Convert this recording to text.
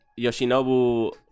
Yoshinobu